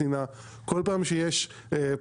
כל פעם שיש פשעי שנאה,